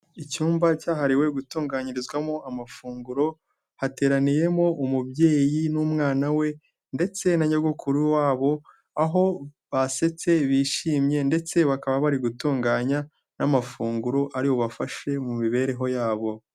Icyumba cyahariwe gutunganyirizwamo amafunguro, hateraniyemo umubyeyi n'umwana we ndetse na nyogokuru wabo, aho basetse bishimye, ndetse bakaba bari gutunganya n'amafunguro ari bubafashe mu mibereho yabo.